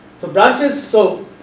so, branches. so,